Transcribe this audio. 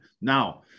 Now